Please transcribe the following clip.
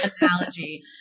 analogy